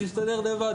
תסתדר לב.